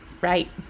right